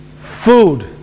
food